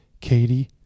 Katie